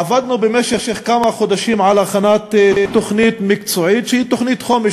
עבדנו במשך כמה חודשים על הכנת תוכנית מקצועית שהיא תוכנית חומש,